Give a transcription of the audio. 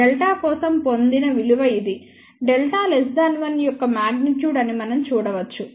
Δ కోసం పొందిన విలువ ఇది Δ 1 యొక్క మగ్నిట్యూడ్ అని మనం చూడవచ్చు